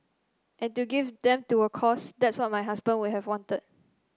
and to give them to a cause that's what my husband would have wanted